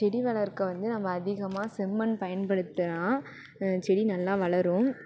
செடி வளர்க்க வந்து நம்ம அதிகமாக செம்மண் பயன்படுத்தினா செடி நல்லா வளரும்